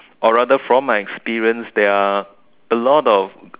or rather from my experience there are a lot of